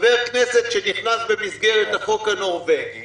חבר כנסת שנכנס במסגרת החוק הנורווגי